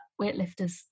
weightlifters